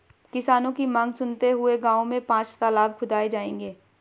किसानों की मांग सुनते हुए गांव में पांच तलाब खुदाऐ जाएंगे